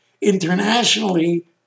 internationally